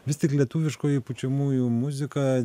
vis tik lietuviškoji pučiamųjų muzika